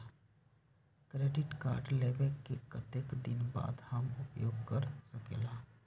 Credit card लेबे के कतेक दिन बाद हम उपयोग कर सकेला?